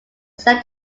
sent